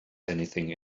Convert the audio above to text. anything